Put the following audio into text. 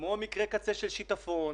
כמו מקרה קצה של שיטפון.